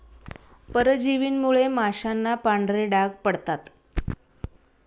परजीवींमुळे माशांना पांढरे डाग पडतात